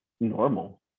normal